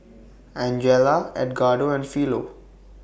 Angela Edgardo and Philo